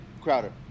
crowder